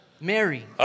Mary